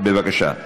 בבקשה,